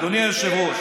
אדוני היושב-ראש,